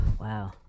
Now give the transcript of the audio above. wow